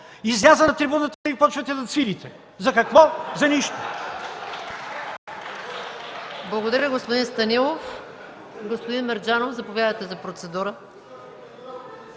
Излизате на трибуната и започвате да цвилите. За какво – за нищо!